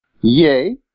Yay